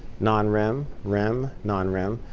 non-rem, rem, non-rem.